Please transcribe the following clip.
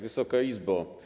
Wysoka Izbo!